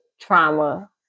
trauma